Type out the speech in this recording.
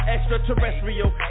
Extraterrestrial